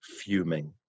fuming